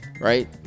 right